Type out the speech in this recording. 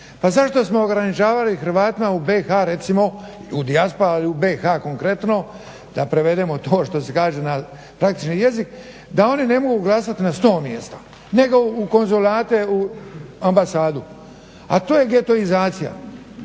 pa zašto smo ograničavali Hrvatima u BiH recimo, u dijaspori ali u BiH konkretno, da prevedemo to što se kaže na praktični jezik da oni ne mogu glasati na 100 mjesta nego u konzulate, u ambasadu. A to je getoizacija.